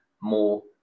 more